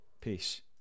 Peace